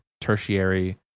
tertiary